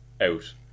out